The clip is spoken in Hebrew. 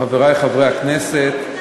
חברי חברי הכנסת,